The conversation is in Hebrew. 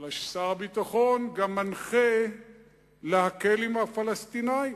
אלא ששר הביטחון מנחה להקל עם הפלסטינים,